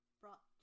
brought